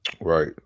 Right